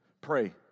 Pray